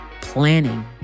planning